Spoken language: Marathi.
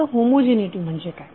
आता होमोजिनीटी म्हणजे काय